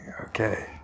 Okay